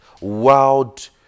wild